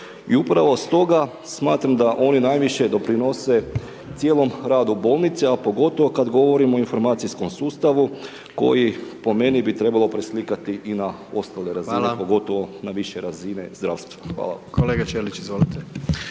I upravo stoga smatram da oni najviše doprinose cijelom radu bolnice a pogotovo kada govorimo o informacijskom sustavu koji po meni bi trebalo preslikati i na ostale razine, pogotovo na više razine zdravstva. Hvala vam. **Jandroković,